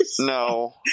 No